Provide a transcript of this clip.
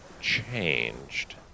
changed